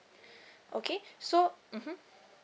okay so mmhmm